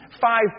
five